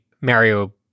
Mario